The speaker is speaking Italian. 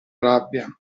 rabbia